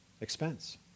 expense